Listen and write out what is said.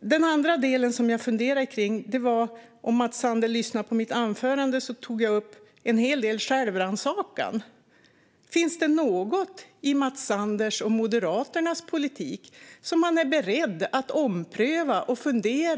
Den andra delen som jag funderade på var, som Mats Sander nog hörde om han lyssnade på mitt anförande, det som jag tog upp om självrannsakan. Finns det något i Mats Sanders och Moderaternas politik som man är beredd att ompröva och fundera över?